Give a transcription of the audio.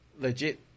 Legit